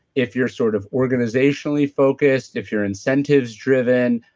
if you're sort of organizationally focused, if you're incentives driven,